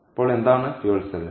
അപ്പോൾ എന്താണ് ഇന്ധന സെൽ